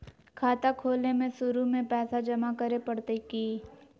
खाता खोले में शुरू में पैसो जमा करे पड़तई की?